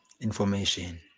information